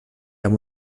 amb